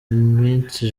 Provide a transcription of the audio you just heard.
minsi